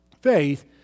faith